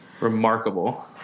remarkable